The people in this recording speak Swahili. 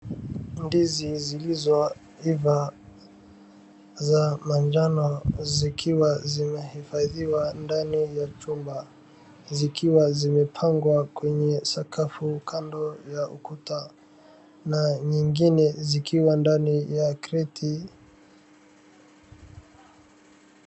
Ndizi zilizoiva za manjano zikiwa zimehifadhiwa ndani ya chumba zikiwa zimepangwa kwenye sakafu kando ya ukuta na nyingine zikiwa ndani ya kreti.